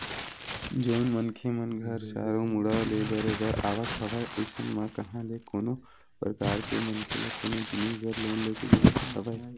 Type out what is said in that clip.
जउन मनखे मन घर चारो मुड़ा ले बरोबर आवक हवय अइसन म कहाँ ले कोनो परकार के मनखे ल कोनो जिनिस बर लोन लेके जरुरत हवय